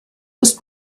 ist